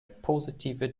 positive